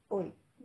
!oi!